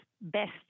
best